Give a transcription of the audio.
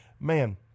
Man